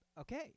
Okay